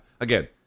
again